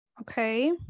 Okay